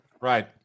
Right